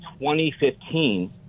2015